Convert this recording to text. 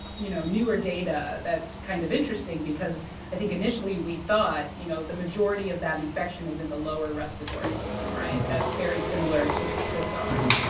you know, newer data that's kind of interesting because i think initially, we thought, you know, the majority of that infection is in the lower respiratory system, right? that's very similar to to sars.